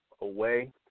away